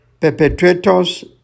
perpetrators